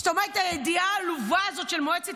זאת אומרת הידיעה העלובה הזאת של מועצת